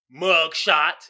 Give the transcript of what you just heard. mugshot